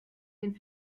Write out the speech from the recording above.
den